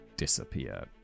disappear